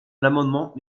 l’amendement